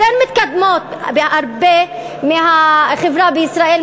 יותר מתקדמות בהרבה מהחברה בישראל,